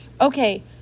okay